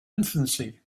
infancy